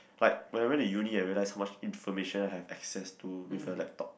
like when I went to uni I realise how much information I have access to with a laptop